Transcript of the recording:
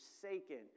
forsaken